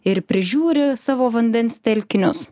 ir prižiūri savo vandens telkinius